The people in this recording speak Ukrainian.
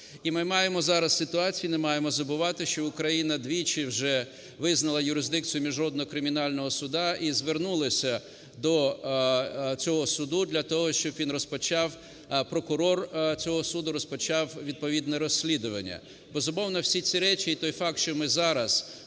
І ми маємо зараз ситуацію, не маємо забувати, що Україна двічі вже визнала юрисдикцію Міжнародного кримінального суду і звернулася до цього суду для того, щоб він розпочав, прокурор цього суду розпочав відповідне розслідування. Безумовно, всі ці речі і той факт, що ми зараз